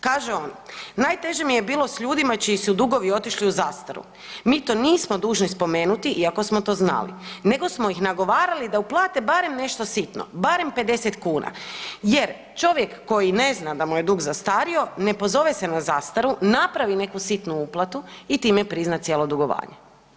Kaže on „Najteže mi je bilo s ljudima čiji su dugovi otišli u zastaru, mi to nismo dužni spomenuti iako smo to znali nego smo ih nagovarali da uplate barem nešto sitno, barem 50 kuna jer čovjek koji ne zna da mu je dug zastario ne pozove se na zastaru, napravi neku sitnu uplatu i time prizna cijelo dugovanje.